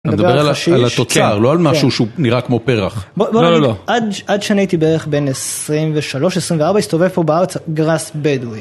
אני מדבר על התוצר, לא על משהו שהוא נראה כמו פרח. בוא נגיד, עד שאני הייתי בערך בין 23-24, הסתובב פה בארץ גראס בדואי.